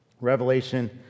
Revelation